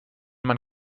man